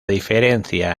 diferencia